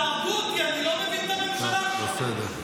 תהרגו אותי, אני לא מבין את הממשלה הזאת.